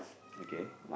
okay